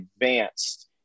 advanced